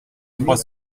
trois